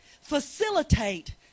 facilitate